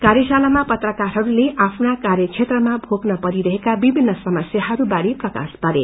कार्यशालाामा पत्रकारहरूले आफ्नो काव्र क्षेत्रमा भोग्न परिरहेका विभिन्न समस्याहरू बारे प्रकाश पारे